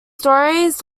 stories